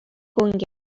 گنگ